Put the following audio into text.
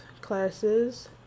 classes